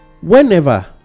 whenever